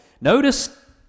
Notice